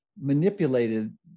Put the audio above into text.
manipulated